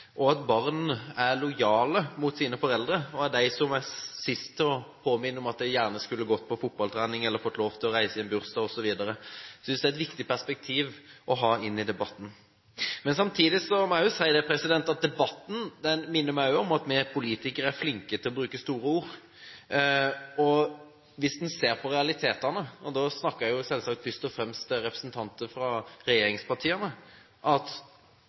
og at barn er lojale mot sine foreldre og de siste til å minne om at de gjerne skulle gått på fotballtrening eller fått lov til å reise i en bursdag osv. Jeg synes det er et viktig perspektiv å ha med inn i debatten. Samtidig må jeg si at debatten minner meg om at vi politikere er flinke til å bruke store ord. Hvis en ser på realitetene – og da snakker jeg selvsagt først og fremst til representanter fra regjeringspartiene